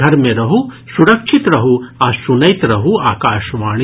घर मे रहू सुरक्षित रहू आ सुनैत रहू आकाशवाणी